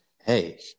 Hey